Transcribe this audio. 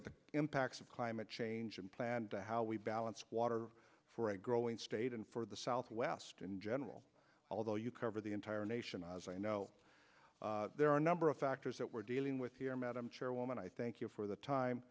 at the impacts of climate change and plan to how we balance water for a growing state and for the southwest in general although you cover the entire nation as i know there are a number of factors that we're dealing with here madam chairwoman i thank you for the time